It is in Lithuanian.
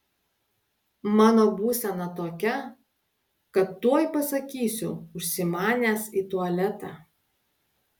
mano būsena tokia kad tuoj pasakysiu užsimanęs į tualetą